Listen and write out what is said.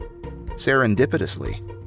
Serendipitously